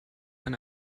eine